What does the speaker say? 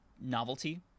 novelty